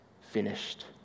finished